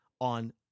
on